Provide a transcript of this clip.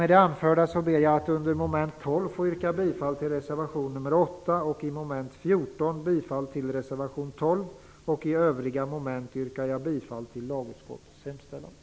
Med det anförda ber jag att under mom. 12 få yrka bifall till reservation 8 och i mom. 14 bifall till reservation 12, och i övriga moment yrkar jag bifall till lagutskottets hemställan.